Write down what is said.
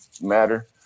matter